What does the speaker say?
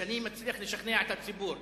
שאני מצליח לשכנע בו את הציבור.